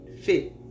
fit